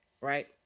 right